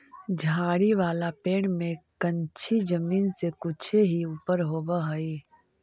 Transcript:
झाड़ी वाला पेड़ में कंछी जमीन से कुछे ही ऊपर होवऽ हई